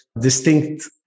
distinct